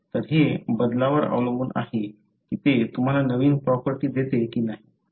तर हे बदलावर अवलंबून आहे कि ते तुम्हाला नवीन प्रॉपर्टी देते की नाही